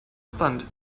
stunt